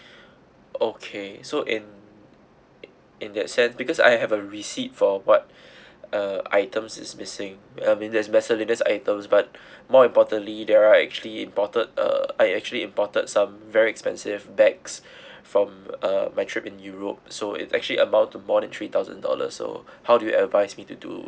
okay so in in that sense because I have a receipt for what uh item is missing I means there's miscellaneous items but more importantly there are actually imported uh I actually imported some very expensive bags from uh my trip in europe so it actually amount to more than three thousand dollars so how do you advise me to do